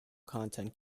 content